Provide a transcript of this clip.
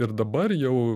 ir dabar jau